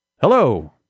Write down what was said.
Hello